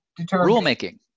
Rulemaking